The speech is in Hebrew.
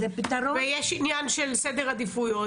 ויש עניין של סדר עדיפויות,